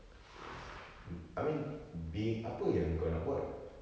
mm I mean being apa yang engkau nak buat